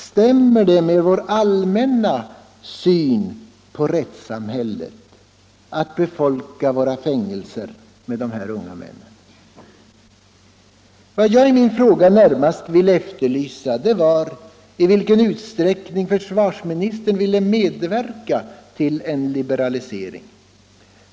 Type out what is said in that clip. Stämmer det med vår allmänna syn på rättssamhället att befolka våra fängelser med dessa unga män? Vad jag med min fråga närmast efterlyste var ett besked om i vilken utsträckning försvarsministern ville medverka till en liberalisering.